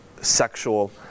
sexual